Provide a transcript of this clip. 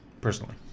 Personally